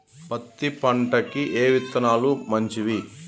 పత్తి పంటకి ఏ విత్తనాలు మంచివి?